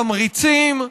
תמריצים.